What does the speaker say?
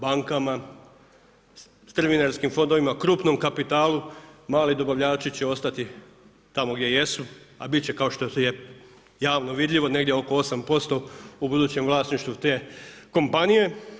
Bankama, strvinarskim fondovima, krupnom kapitalu, mali dobavljači će ostati tamo gdje jesu a biti će kao što je javno vidljivo negdje oko 8% u budućem vlasništvu te kompanije.